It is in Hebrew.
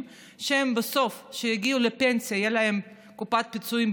צברו קילומטרז'; זו פלטפורמה מצוינת,